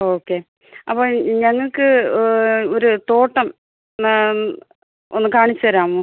okay അപ്പോള് ഞങ്ങള്ക്ക് ഒരു തോട്ടം ഒന്നു കാണിച്ചുതരാമോ